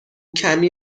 کمی